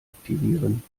aktivieren